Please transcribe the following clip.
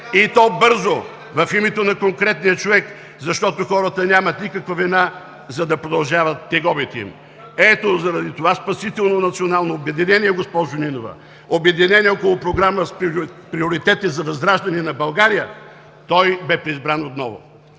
и то бързо, в името на конкретния човек, защото хората нямат никаква вина, за да продължават тегобите им. Ето заради това спасително национално обединение, госпожо Нинова, обединение около програма с приоритети за възраждане на България, той бе преизбран отново.